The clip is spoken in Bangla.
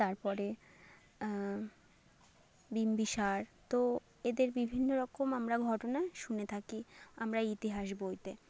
তারপরে বিম্বিসার তো এদের বিভিন্ন রকম আমরা ঘটনা শুনে থাকি আমরা ইতিহাস বইতে